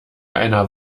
einer